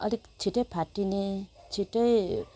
अलिक छिट्टै फाट्टिने छिट्टै